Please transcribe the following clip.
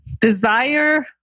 desire